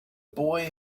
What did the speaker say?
boy